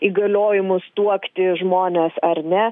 įgaliojimus tuokti žmones ar ne